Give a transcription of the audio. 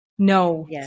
No